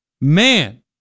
man